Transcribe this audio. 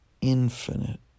infinite